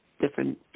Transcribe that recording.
different